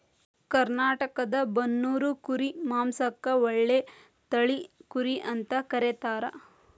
ಕರ್ನಾಟಕದ ಬನ್ನೂರು ಕುರಿ ಮಾಂಸಕ್ಕ ಒಳ್ಳೆ ತಳಿ ಕುರಿ ಅಂತ ಕರೇತಾರ